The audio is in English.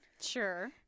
Sure